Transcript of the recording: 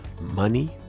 money